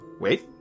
Wait